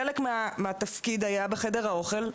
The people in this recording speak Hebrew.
חלק מהתפקיד היה בחדר האוכל,